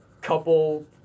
couple